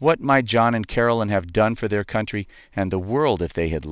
what my john and carol and have done for their country and the world if they had